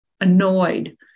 annoyed